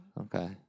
Okay